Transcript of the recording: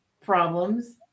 problems